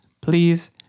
please